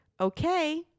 okay